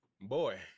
boy